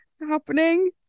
happening